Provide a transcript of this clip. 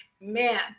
Man